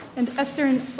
and esther and